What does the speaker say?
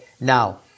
Now